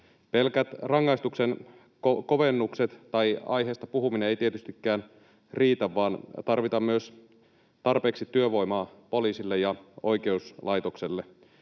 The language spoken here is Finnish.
Pelkät rangaistuksen kovennukset tai aiheesta puhuminen eivät tietystikään riitä, vaan tarvitaan myös tarpeeksi työvoimaa poliisille ja oikeuslaitokselle.